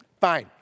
fine